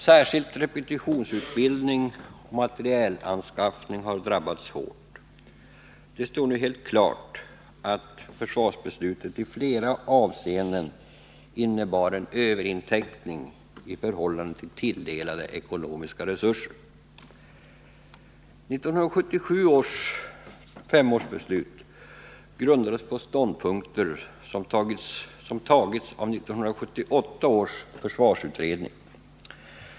Särskilt repetitionsutbildning och materialanskaffning har drabbats hårt. Det står nu helt klart att försvarsbeslutet i flera avseenden innebar en överinteckning i förhållande till tilldelade ekonomiska resurser. 1977 års femårsbeslut grundades på ståndpunkter som tagits av 1974 års försvarsutredning.